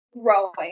growing